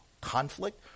conflict